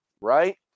right